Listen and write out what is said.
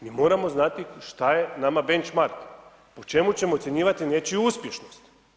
Mi moramo znati šta je nama benchmark, na čemu ćemo ocjenjivati nečiju uspješnost?